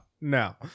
no